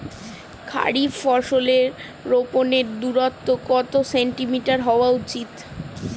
খারিফ শস্য রোপনের দূরত্ব কত সেন্টিমিটার হওয়া উচিৎ?